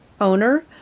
owner